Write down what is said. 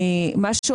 ראשית,